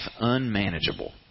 unmanageable